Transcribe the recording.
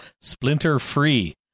splinter-free